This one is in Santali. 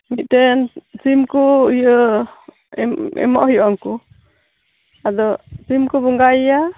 ᱢᱤᱫᱴᱮᱱ ᱥᱤᱢ ᱠᱚ ᱤᱭᱟᱹ ᱮᱢ ᱮᱢᱚᱜ ᱦᱩᱭᱩᱜᱼᱟ ᱩᱱᱠᱩ ᱟᱫᱚ ᱥᱤᱢ ᱠᱚ ᱵᱚᱸᱜᱟᱭᱮᱭᱟ